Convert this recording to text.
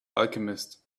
alchemist